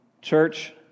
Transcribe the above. Church